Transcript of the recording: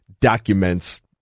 documents